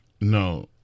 No